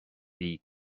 bhí